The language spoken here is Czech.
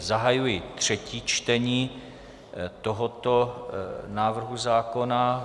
Zahajuji třetí čtení tohoto návrhu zákona.